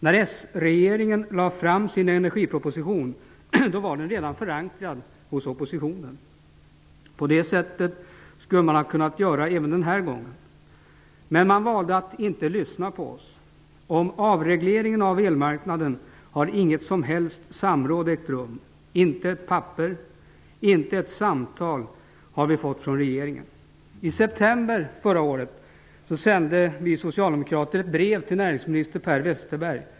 När den socialdemokratiska regeringen lade fram sin energiproposition var den redan förankrad hos oppositionen. Regeringen hade kunnat göra så även denna gång. Men den valde att inte lyssna på oss. Det har inte varit något som helst samråd om avregleringen av elmarknaden. Det har inte funnits ett papper, och vi har inte fått ett samtal från regeringen. I september förra året sände vi socialdemokrater ett brev till näringsminister Per Westerberg.